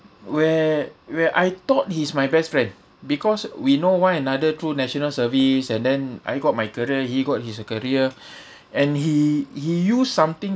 where where I thought he's my best friend because we know one another through national service and then I got my career he got his uh career and he he use something